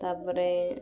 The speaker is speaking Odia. ତାପରେ